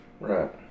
Right